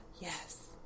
Yes